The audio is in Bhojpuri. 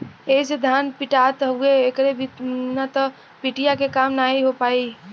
एही से धान पिटात हउवे एकरे बिना त पिटिया के काम नाहीं हो पाई